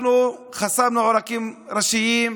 אנחנו חסמנו עורקים ראשיים,